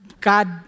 God